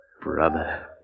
brother